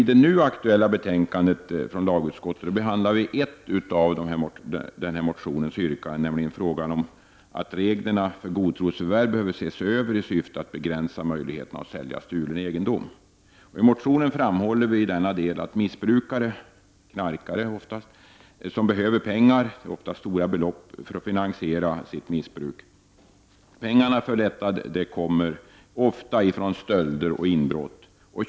I det nu aktuella betänkandet från lagutskottet behandlas ett av motionens yrkanden, nämligen att reglerna för godtrosförvärv behöver ses över i syfte att begränsa möjligheterna att sälja stulen egendom. I motionen framhåller vi i denna del att missbrukare, oftast knarkare, behöver pengar — många gånger stora belopp — för att finansiera sitt missbruk. Pengarna för detta kommer ofta från stölder och inbrott.